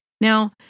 Now